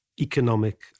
economic